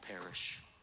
perish